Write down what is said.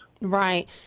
Right